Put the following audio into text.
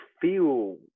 feel